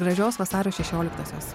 gražios vasario šešioliktosios